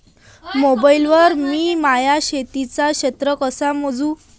Mobile वर मी माया शेतीचं क्षेत्र कस मोजू?